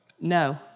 No